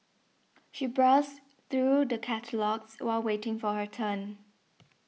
she browsed through the catalogues while waiting for her turn